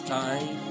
time